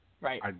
Right